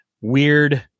weird